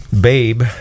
babe